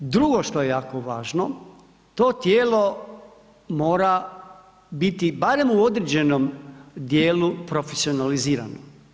Drugo što je jako važno to tijelo mora biti barem u određenom dijelu profesionalizirano.